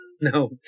no